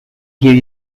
give